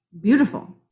beautiful